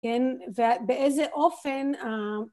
ובאיזה אופן